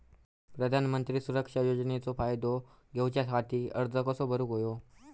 प्रधानमंत्री सुरक्षा योजनेचो फायदो घेऊच्या खाती अर्ज कसो भरुक होयो?